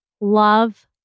love